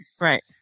right